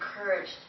encouraged